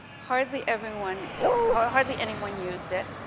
hardly everyone ah hardly anyone used it,